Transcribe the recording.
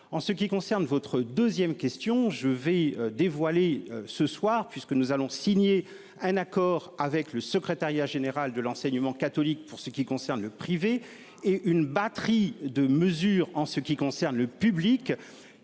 En ce qui concerne votre 2ème question je vais dévoiler ce soir puisque nous allons signer un accord avec le secrétariat général de l'enseignement catholique pour ce qui concerne le privé et une batterie de mesures en ce qui concerne le public